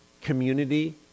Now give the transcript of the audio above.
community